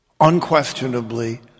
unquestionably